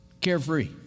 carefree